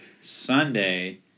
Sunday